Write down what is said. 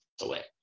away